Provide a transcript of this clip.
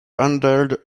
handheld